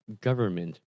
government